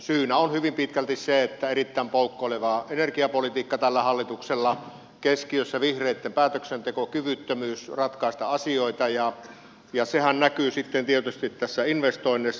syynä on hyvin pitkälti erittäin poukkoileva energiapolitiikka tällä hallituksella keskiössä vihreitten päätöksentekokyvyttömyys ratkaista asioita ja sehän näkyy sitten tietysti investoinneissa